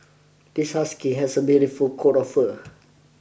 this husky has a beautiful coat of fur